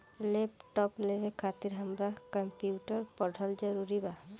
Laptop लेवे खातिर हमरा कम्प्युटर पढ़ल जरूरी बा?